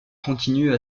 continue